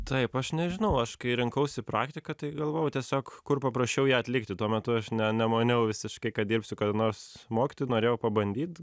taip aš nežinau aš kai rinkausi praktiką tai galvojau tiesiog kur paprašiau ją atlikti tuo metu aš ne nemaniau visiškai kad dirbsiu kada nors mokytoju norėjau pabandyt